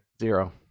zero